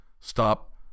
Stop